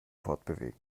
fortbewegen